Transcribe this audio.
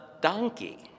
donkey